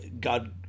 God